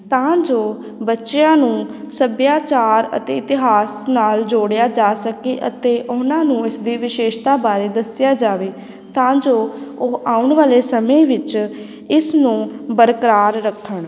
ਤਾਂ ਜੋ ਬੱਚਿਆਂ ਨੂੰ ਸੱਭਿਆਚਾਰ ਅਤੇ ਇਤਿਹਾਸ ਨਾਲ ਜੋੜਿਆ ਜਾ ਸਕੇ ਅਤੇ ਉਹਨਾਂ ਨੂੰ ਇਸ ਦੀ ਵਿਸ਼ੇਸ਼ਤਾ ਬਾਰੇ ਦੱਸਿਆ ਜਾਵੇ ਤਾਂ ਜੋ ਉਹ ਆਉਣ ਵਾਲੇ ਸਮੇਂ ਵਿੱਚ ਇਸ ਨੂੰ ਬਰਕਰਾਰ ਰੱਖਣ